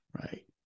right